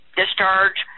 discharge